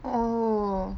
oh